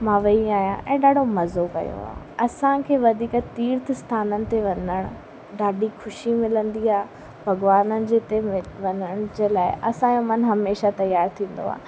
मां वई आहियां ऐं ॾाढो मज़ो कयो आहे असांखे वधीक तीर्थ स्थाननि ते वञणु ॾाढी ख़ुशी मिलंदी आहे भॻवाननि जे हिते वञण जे लाइ असांजो मनु हमेशा तयारु थींदो आहे